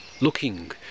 looking